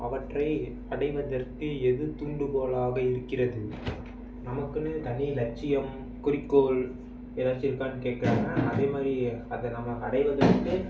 அவற்றை அடைவதற்கு எது தூண்டுகோளாக இருக்கிறது நமக்குனு தனி லட்சியம் குறிக்கோள் ஏதாச்சும் இருக்கான்னு கேக்கிறாங்க அதேமாதிரி அதை நாம் அடைவதற்கு